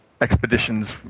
expeditions